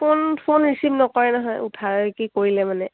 phone phone receive নকৰে নহয় উঠাই কি কৰিলে মানে